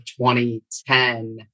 2010